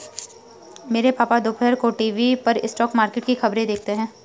मेरे पापा दोपहर को टीवी पर स्टॉक मार्केट की खबरें देखते हैं